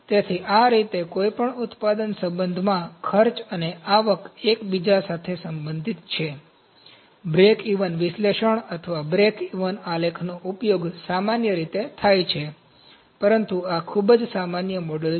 તેથી આ રીતે કોઈપણ ઉત્પાદન સંબંધમાં ખર્ચ અને આવક એકબીજા સાથે સંબંધિત છે બ્રેકઇવન વિશ્લેષણ અથવા બ્રેકઇવન આલેખ નો ઉપયોગ સામાન્ય રીતે થાય છે પરંતુ આ ખૂબ જ સામાન્ય મોડલ છે